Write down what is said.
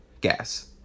gas